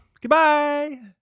Goodbye